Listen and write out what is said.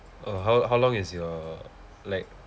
oh how how long is your likw